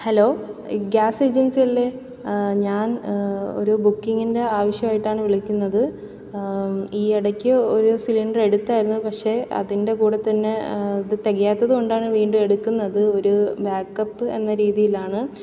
hello gas ഏജൻസിയല്ലെ ഞാൻ ഒരു ബുക്കിങ്ങിന്റെ ആവശ്യമായിട്ടാണ് വിളിക്കുന്നത് ഈയിടയ്ക്ക് ഒരു സിലിണ്ടറെടുത്തായിരുന്നു പക്ഷെ അതിന്റെ കൂടെത്തന്നെ ഇത് തികയാത്തതു കൊണ്ടാണ് വീണ്ടുമെടുക്കുന്നത് ഒരു ബാക്ക് അപ്പ് എന്ന രീതിയിലാണ്